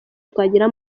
twagira